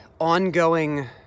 ongoing